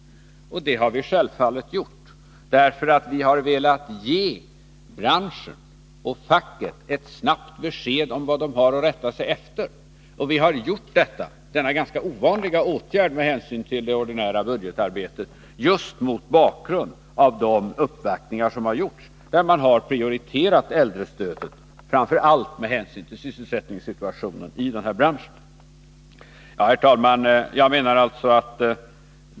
Och det har vi gjort för att vi har velat ge branschen och facket ett snabbt besked om vad de har att rätta sig efter. Och vi har gjort det just mot bakgrund av de uppvaktningar som har förekommit, där man har prioriterat äldrestödet framför allt med hänsyn till sysselsättningssituationen i branschen.